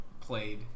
played